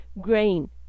grain